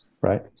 Right